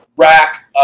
rack